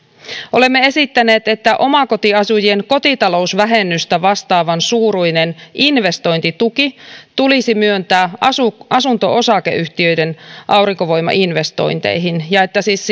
olemme esittäneet että omakotiasujien kotitalousvähennystä vastaavan suuruinen investointituki tulisi myöntää asunto asunto osakeyhtiöiden aurinkovoimainvestointeihin ja että siis